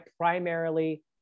primarily